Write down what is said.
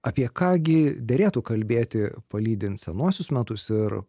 apie ką gi derėtų kalbėti palydint senuosius metus ir